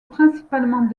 principalement